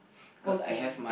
working